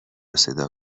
صدا